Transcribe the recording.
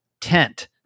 Tent